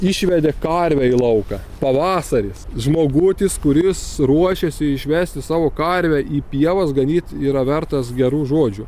išvedė karvę į lauką pavasaris žmogutis kuris ruošiasi išvesti savo karvę į pievas ganyt yra vertas gerų žodžių